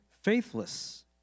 Faithless